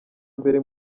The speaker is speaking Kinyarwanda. mbere